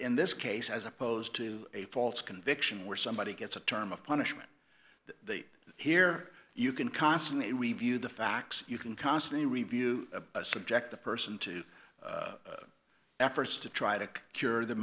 in this case as opposed to a false conviction where somebody gets a term of punishment that here you can consummate review the facts you can constantly review a subject the person to efforts to try to cure the